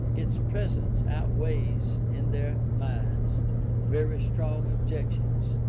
its presence outweighs in their minds very strong objections,